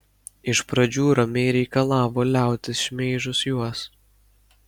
iš pradžių ramiai reikalavo liautis šmeižus juos